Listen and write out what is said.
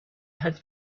had